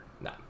No